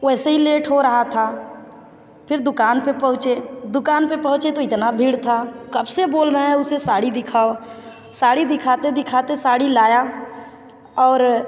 वैसे ही लेट हो रहा था फिर दुकान पर पहुंचे दुकान पर पहुंचे तो इतनी भीड़ थी कब से बोल रहें उसे साड़ी दिखाओ साड़ी दिखाते दिखाते साड़ी लाया और